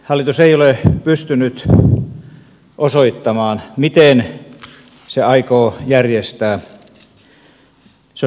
hallitus ei ole pystynyt osoittamaan miten se aikoo järjestää sosiaali ja terveyshuollon